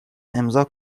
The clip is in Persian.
امضاء